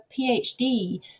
PhD